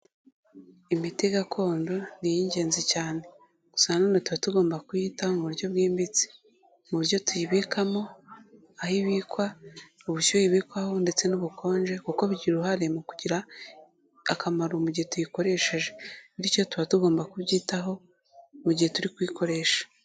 Imiti gakondo ni iy'ingenzi cyane. Gusa nanone tuba tugomba kuyitaho mu buryo bwimbitse. Mu buryo tuyibikamo, aho ibikwa, ubushyuhe ibikwaho ndetse n'ubukonje kuko bigira uruhare mu kugira akamaro mu gihe tuyikoresheje. Bityo, tuba tugomba kubyitaho mu gihe turi kuyikoresha.